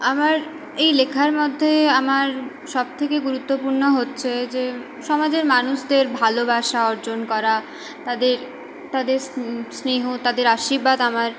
আমার এই লেখার মধ্যে আমার সবথেকে গুরুত্বপূর্ণ হচ্ছে যে সমাজের মানুষদের ভালোবাসা অর্জন করা তাদের তাদের স্নেহ তাদের আশীর্বাদ আমার